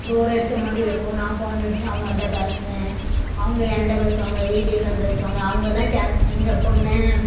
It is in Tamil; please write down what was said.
போர் அடிச்ச மாதிரி இருக்கும் நான் ஃபோன் அடிச்சு அவங்கள்ட்ட பேசுவேன் அவங்க என்கிட்ட பேசுவாங்க வீடியோ கால் பேசுவாங்க அவங்க தான் கேப் எங்கள் பொண்ணை